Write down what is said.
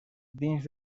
dins